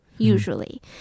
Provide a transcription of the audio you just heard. usually